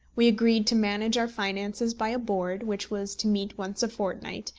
we agreed to manage our finances by a board, which was to meet once a fortnight,